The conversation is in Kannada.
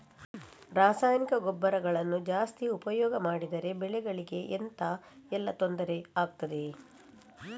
ರಾಸಾಯನಿಕ ಗೊಬ್ಬರಗಳನ್ನು ಜಾಸ್ತಿ ಉಪಯೋಗ ಮಾಡಿದರೆ ಬೆಳೆಗಳಿಗೆ ಎಂತ ಎಲ್ಲಾ ತೊಂದ್ರೆ ಆಗ್ತದೆ?